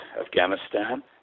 Afghanistan